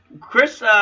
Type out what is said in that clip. Chris